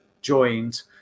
joined